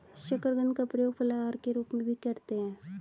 शकरकंद का प्रयोग फलाहार के रूप में भी करते हैं